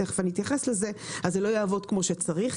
זה לא יעבוד כמו שצריך.